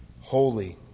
Holy